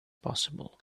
possible